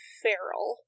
feral